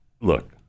look